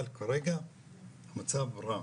אבל כרגע המצב רע,